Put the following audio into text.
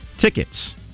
tickets